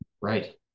Right